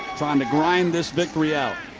trying to grind this victory out.